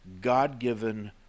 God-given